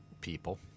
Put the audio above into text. People